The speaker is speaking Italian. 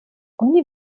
ogni